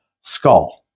skull